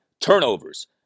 turnovers